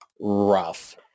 rough